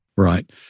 Right